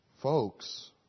Folks